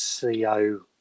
CO